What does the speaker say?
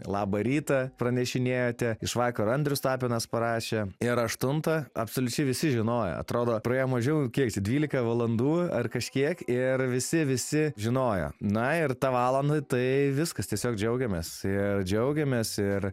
labą rytą pranešinėjote iš vakaro andrius tapinas parašė ir aštuntą absoliučiai visi žinojo atrodo praėjo mažiau kiek čia dvylika valandų ar kažkiek ir visi visi žinojo na ir tą valandą tai viskas tiesiog džiaugiamės ir džiaugiamės ir